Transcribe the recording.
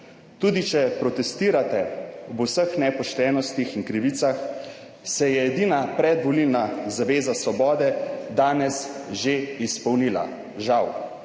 tudi če protestirate ob vseh nepoštenostih in krivicah, se je edina predvolilna zaveza Svobode danes že izpolnila, žal,